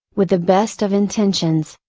with the best of intentions,